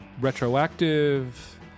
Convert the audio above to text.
retroactive